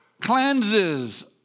cleanses